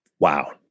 Wow